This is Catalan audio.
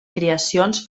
creacions